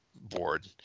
board